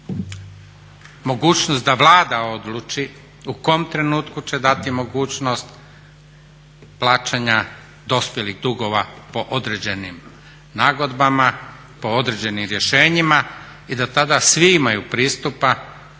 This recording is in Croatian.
mogućnost da Vlada odluči u kom trenutku će dati mogućnost plaćanja dospjelih dugova po određenim nagodbama, po određenim rješenjima i da tada svi imaju pristupa